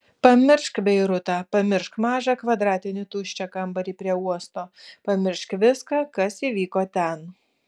pamiršk beirutą pamiršk mažą kvadratinį tuščią kambarį prie uosto pamiršk viską kas įvyko ten